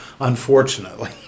unfortunately